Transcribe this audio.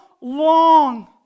long